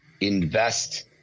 invest